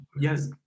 Yes